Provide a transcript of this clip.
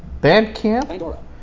Bandcamp